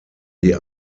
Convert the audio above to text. die